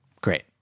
Great